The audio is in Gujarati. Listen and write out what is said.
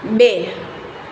બે